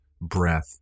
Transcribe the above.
breath